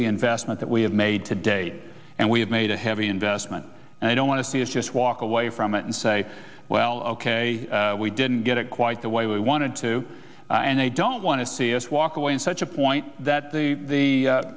the investment that we have made today and we have made a heavy investment and i don't want to see it just walk away from it and say well ok we didn't get it quite the way we wanted to and i don't want to see us walk away in such a point that the